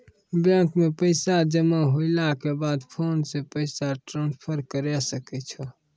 bank मे पैसा जमा होला के बाद फोन से पैसा ट्रांसफर करै सकै छौ